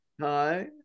Hi